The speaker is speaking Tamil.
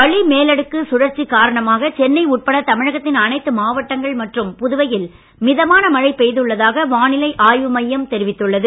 வளிமேலடுக்கு சுழற்சி காரணமாக சென்னை உட்பட தமிழகத்தின் அனைத்து மாவட்டங்கள் மற்றும் புதுவையில் மிதமான மழை பெய்துள்ளதாக வானிலை ஆய்வு மையம் தெரிவித்துள்ளது